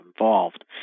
involved